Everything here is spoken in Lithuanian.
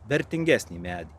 vertingesnį medį